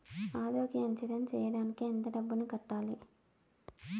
ఆరోగ్య ఇన్సూరెన్సు సేయడానికి ఎంత డబ్బుని కట్టాలి?